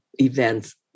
events